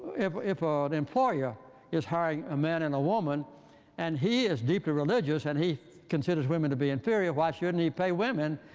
if if our employer is hiring a man and a woman and he is deeply religious and he considers women to be inferior, why shouldn't he pay women